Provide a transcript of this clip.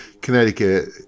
Connecticut